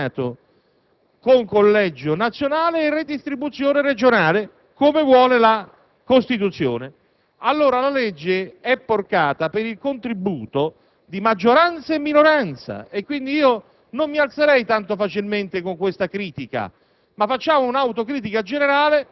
prevede il premio di maggioranza al Senato con collegio nazionale e redistribuzione regionale, come vuole la Costituzione. Allora, la legge è una porcata per il contributo di maggioranza e minoranza; quindi, non mi alzerei tanto facilmente con questa critica,